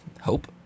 hope